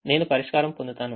నేను పరిష్కారం పొందుతాను